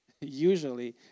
usually